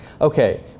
Okay